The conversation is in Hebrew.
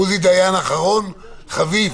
עוזי דיין, אחרון חביב.